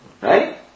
Right